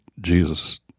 Jesus